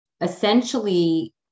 Essentially